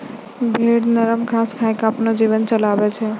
भेड़ नरम घास खाय क आपनो जीवन चलाबै छै